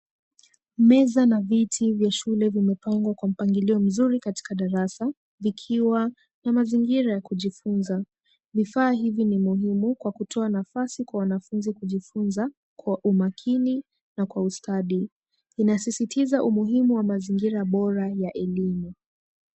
Meza na viti vya shule vimepangwa kwa mpangilio mzuri katika darasa vikiwa na mazingira ya kujifunza. Vifaa hivi ni muhimu kwa kutoa nafasi kwa wanafunzi kujifunza kwa umakini na kwa ustadi. Inasisitiza umuhimu wa mazingira bora ya elimu.